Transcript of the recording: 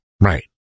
Right